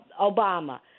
Obama